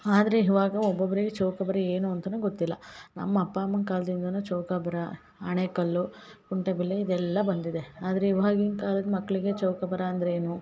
ಆದರೆ ಇವಾಗ ಒಬ್ಬೊಬ್ಬರಿಗೆ ಚೌಕಾಬಾರ ಏನು ಅಂತನು ಗೊತ್ತಿಲ್ಲ ನಮ್ಮ ಅಪ್ಪ ಅಮ್ಮಂಗೆ ಕಾಲ್ದಿಂದನು ಚೌಕಾಬಾರ ಆಣೆಕಲ್ಲು ಕುಂಟೆಬಿಲ್ಲೆ ಇದೆಲ್ಲ ಬಂದಿದೆ ಆದರೆ ಇವಾಗಿನ ಕಾಲದ ಮಕ್ಕಳಿಗೆ ಚೌಕಾಬಾರ ಅಂದರೆ ಏನು